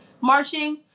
Marching